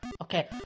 Okay